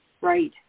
Right